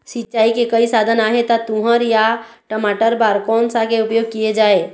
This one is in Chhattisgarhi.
सिचाई के कई साधन आहे ता तुंहर या टमाटर बार कोन सा के उपयोग किए जाए?